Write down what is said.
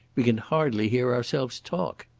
we can hardly hear ourselves talk.